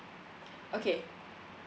okay